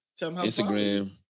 Instagram